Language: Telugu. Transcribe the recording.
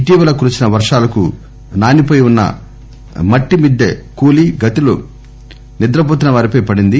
ఇటీవల కురిసిన వర్షాలకు నానిపోయి ఉన్న మట్టి మిద్దె కూలీ గదిలో నిద్రవోతున్న వారిపై పడింది